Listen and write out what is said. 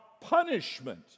punishment